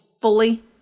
fully